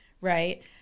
Right